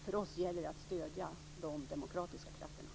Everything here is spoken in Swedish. För oss gäller det att stödja de demokratiska krafterna.